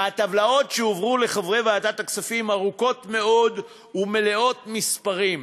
והטבלאות שהועברו לחברי ועדת הכספים ארוכות מאוד ומלאות מספרים,